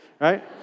right